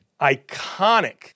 iconic